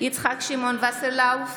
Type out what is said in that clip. יצחק שמעון וסרלאוף,